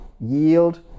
yield